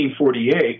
1948